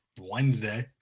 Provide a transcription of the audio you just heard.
Wednesday